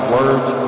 words